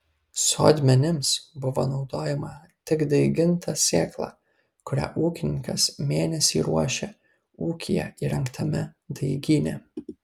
sodmenims buvo naudojama tik daiginta sėkla kurią ūkininkas mėnesį ruošė ūkyje įrengtame daigyne